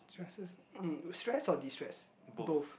just it destress or destress both